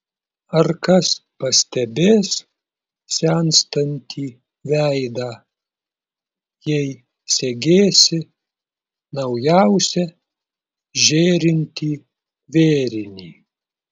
ar kas pastebės senstantį veidą jei segėsi naujausią žėrintį vėrinį